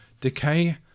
Decay